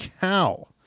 cow